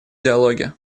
диалоге